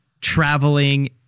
traveling